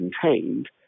contained